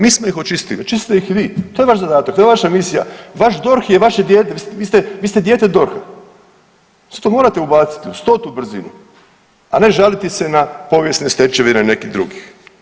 Mi smo ih očistili, očistite ih vi, to je vaš zadatak, to je vaša misija, vaš DORH je vaše dijete, vi ste, vi ste dijete DORH-a zato morate ubaciti u 100-tu brzinu, a ne žaliti se na povijesne stečevine nekih drugih.